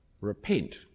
repent